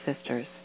sisters